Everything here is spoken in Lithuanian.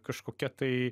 kažkokia tai